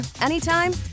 anytime